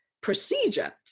procedure